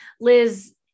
Liz